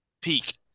peak